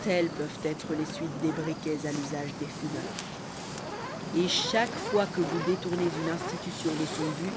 telles peuvent être les suites des briquets à l'usage des fumeurs et chaque fois que vous détournez une institution de son but